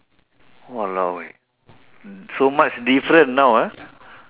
!walao! eh so much different now ah